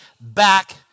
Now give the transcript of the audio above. back